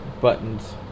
buttons